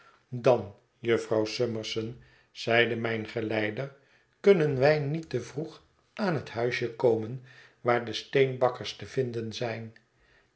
dan jufvrouw summerson zeide mijn geleider kunnen wij niet te vroeg aan het huisje komen waar de steenbakkers te vinden zijn